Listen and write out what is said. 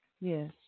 Yes